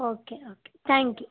okay okay thank you